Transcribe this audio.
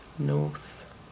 north